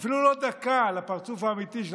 "אפילו לא דקה" הפרצוף האמיתי של